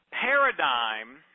paradigm